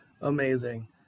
Amazing